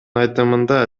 айтымында